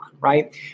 right